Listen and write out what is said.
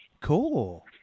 Cool